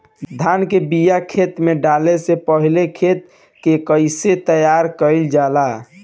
धान के बिया खेत में डाले से पहले खेत के कइसे तैयार कइल जाला?